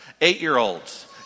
Eight-year-olds